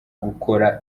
gukora